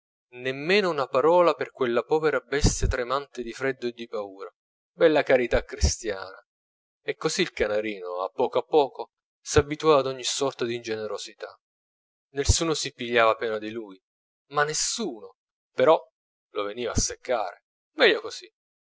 nemmeno una parola per quella povera bestia tremante di freddo e di paura bella carità cristiana e così il canarino a poco a poco s'abituò ad ogni sorta d'ingenerosità nessuno si pigliava pena di lui ma nessuno però lo veniva a seccare meglio così